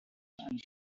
and